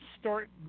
start